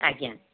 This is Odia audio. ଆଜ୍ଞା